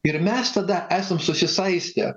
ir mes tada esam susisaistę